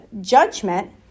judgment